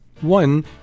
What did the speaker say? One